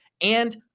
And-